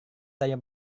saya